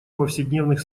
повседневных